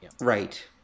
Right